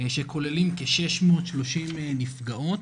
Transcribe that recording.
שכוללים כ-630 נפגעות,